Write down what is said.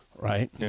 right